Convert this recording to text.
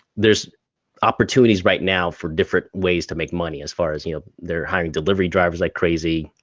there's opportunities right now for different ways to make money, as far as you know they're hiring delivery drivers like crazy.